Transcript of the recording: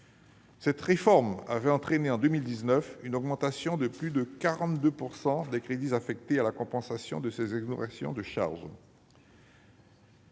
cette réforme avait entraîné une augmentation de plus de 42 % des crédits affectés à la compensation de ces exonérations de charges.